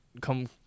come